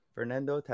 Fernando